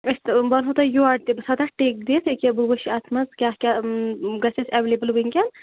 أسۍ وَنہو تۄہہِ یور تہِ بہٕ تھاو تَتھ ٹِک دِتھ ییٚکیاہ بہٕ وٕچھٕ اَتھ منٛز کیٛاہ کیٛاہ گژھِ اَسہِ اٮ۪ولیبٕل وٕنۍکٮ۪ن